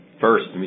first